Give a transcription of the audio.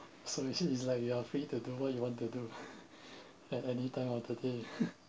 so which is like you are free to do what you want to do at anytime of the day